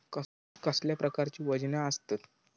कसल्या प्रकारची वजना आसतत?